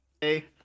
Hey